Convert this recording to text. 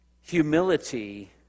humility